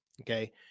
Okay